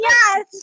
Yes